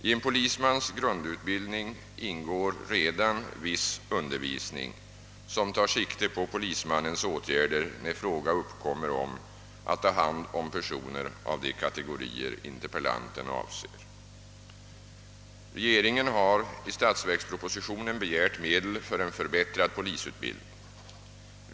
I en polismans grundutbildning ingår redan viss undervisning som tar sikte på polismannens åtgärder när fråga uppkommer om att ta hand om personer av de kategorier interpellanten avser. Kungl. Maj:t har i statsverkspropositionen begärt medel för en förbättrad polisutbildning.